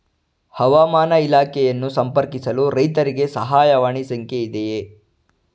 ಹವಾಮಾನ ಇಲಾಖೆಯನ್ನು ಸಂಪರ್ಕಿಸಲು ರೈತರಿಗೆ ಸಹಾಯವಾಣಿ ಸಂಖ್ಯೆ ಇದೆಯೇ?